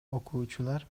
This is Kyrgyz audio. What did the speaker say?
окуучулар